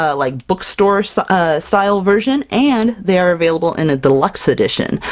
ah like bookstore so ah style version, and they are available in a deluxe edition!